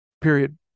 Period